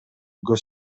көз